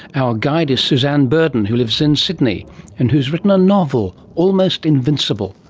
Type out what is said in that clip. our guide is suzanne burdon who lives in sydney and who has written a novel, almost invincible,